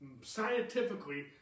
Scientifically